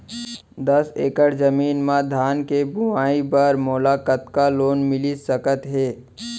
दस एकड़ जमीन मा धान के बुआई बर मोला कतका लोन मिलिस सकत हे?